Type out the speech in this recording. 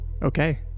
Okay